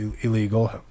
illegal